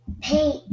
Paint